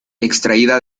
extraída